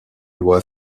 loi